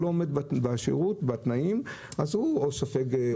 הוא לא עומד בתנאי השירות אז הוא לא זוכה במכרז.